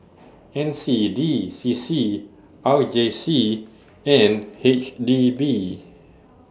N C D C C R J C and H D B